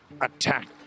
attack